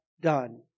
done